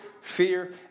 fear